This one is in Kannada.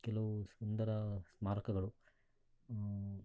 ಕೆಲವು ಸುಂದರ ಸ್ಮಾರಕಗಳು